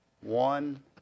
One